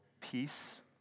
peace